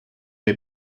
may